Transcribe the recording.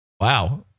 Wow